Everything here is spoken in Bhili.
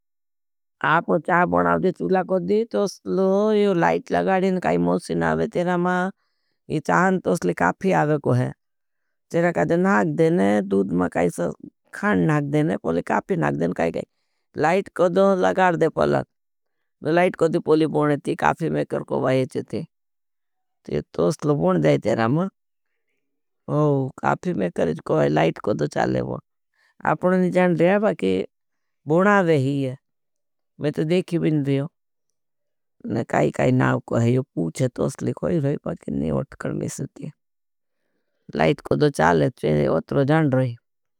आपनों चाहा बनावजे चूला कोड़ी, तोसलो यो लाइट लगाड़ेन काई मोची ना आवे। तेरा मा यी चाहान तोसले काफी आवे को है। तेरा कहा जे नाग देन। दूद मा काई साथ खाण नाग देन, पहले काफी नाग देन काई काई, लाइट कोड़ी लगाड़े पहले। न लाइट कोड़ी पोली बोने थी, काफी मेकर को बायेच थी, तोसलो बोन जाए तेरा मा। काफी मेकर को बाये, लाइट कोड़ी चाले पहले उत्रो जान रही हूँ।